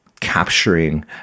Capturing